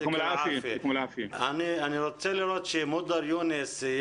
אני רוצה לשמוע את מודר יונס,